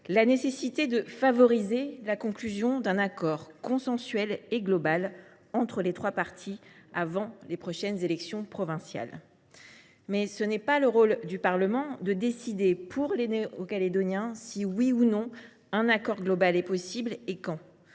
la nécessité de favoriser la conclusion d’un accord consensuel et global entre les trois parties avant les prochaines élections provinciales. Le rôle du Parlement n’est toutefois pas de décider pour les Néo Calédoniens si, oui ou non, un accord global est possible, ni quand.